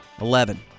Eleven